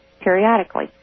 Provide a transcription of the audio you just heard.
periodically